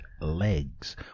legs